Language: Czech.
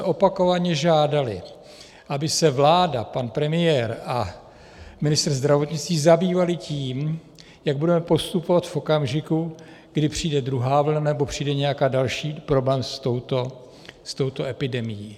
Opakovaně jsme žádali, aby se vláda, pan premiér a ministr zdravotnictví zabývali tím, jak budeme postupovat v okamžiku, kdy přijde druhá vlna, nebo přijde nějaký další problém s touto epidemií.